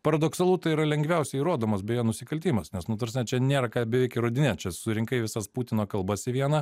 paradoksalu tai yra lengviausiai įrodomas beje nusikaltimas nes nu ta prasme čia nėra ką beveik įrodinėt čia surinkai visas putino kalbas į vieną